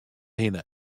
hinne